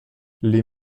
les